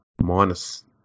minus